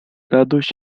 radość